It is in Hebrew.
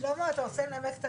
הסתייגות 17. שלמה, אתה רוצה לנמק?